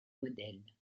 modèles